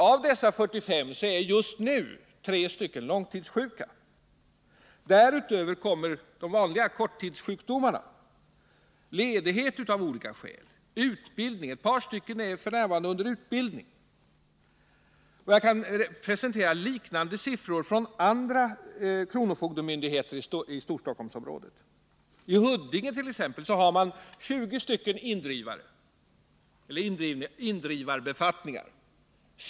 Av dessa 45 anställda är just nu tre långtidssjuka. Därtill kommer de vanliga korttidssjukdomarna, ledighet av olika skäl och utbildning — ett par anställda är f. n. under utbildning. Jag kan presentera liknande siffror från andra kronofogdemyndigheter i Storstockholmsområdet. I Huddinge t.ex. har man 20 indrivarbefattningar.